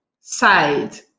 side